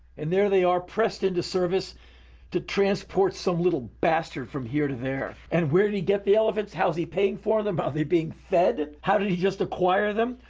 and there they are pressed into service to transport some little bastard from here to there. and where did he get the elephants? how is he paying for them? are but they being fed? how did he just acquire them.